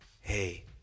Hey